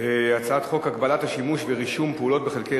הצעת חוק הגבלת השימוש ורישום פעולות בחלקי